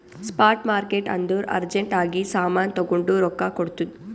spot market ಅಂದುರ್ urgent ಆಗಿ ಸಾಮಾನ್ ತಗೊಂಡು ರೊಕ್ಕಾ ಕೊಡ್ತುದ್